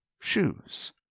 shoes